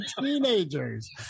teenagers